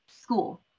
school